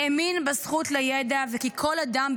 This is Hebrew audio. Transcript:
האמין בזכות לידע וכי כל אדם,